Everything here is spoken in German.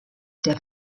der